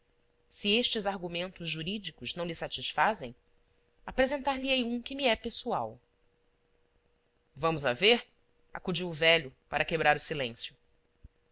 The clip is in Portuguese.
se estes argumentos jurídicos não lhe satisfazem apresentar lhe ei um que me é pessoal vamos a ver acudiu o velho para quebrar o silêncio